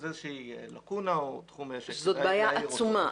זאת איזושהי לקונה זו בעיה עצומה.